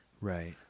Right